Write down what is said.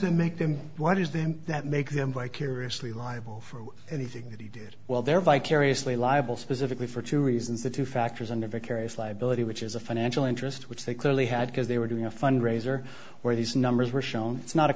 that make them why does them that make them vicariously liable for anything that he did well there vicariously liable specifically for two reasons the two factors and if it carries liability which is a financial interest which they clearly had because they were doing a fundraiser where these numbers were shown it's not a